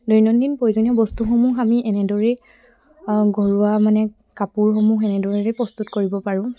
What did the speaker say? দৈনন্দিন প্ৰয়োজনীয় বস্তুসমূহ আমি এনেদৰেই ঘৰুৱা মানে কাপোৰসমূহ তেনেদৰেই প্ৰস্তুত কৰিব পাৰোঁ